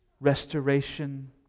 restoration